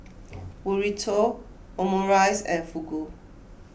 Burrito Omurice and Fugu